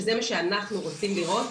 שזה מה שאנחנו רוצים לראות.